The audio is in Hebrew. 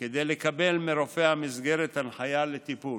כדי לקבל מרופא המסגרת הנחיה לטיפול.